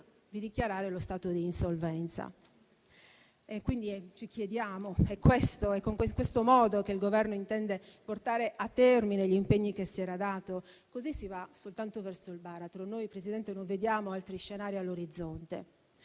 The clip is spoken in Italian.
di dichiarare lo stato di insolvenza. Ci chiediamo se è in questo modo che il Governo intende portare a termine gli impegni che si era dato. Così si va soltanto verso il baratro. Noi, Presidente, non vediamo altri scenari all'orizzonte.